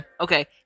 okay